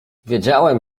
wiedziałem